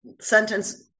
sentence